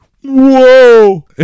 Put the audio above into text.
Whoa